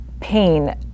pain